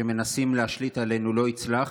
שמנסים להשליט עלינו לא יצלח,